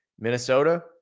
Minnesota